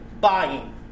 Buying